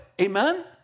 Amen